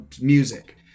music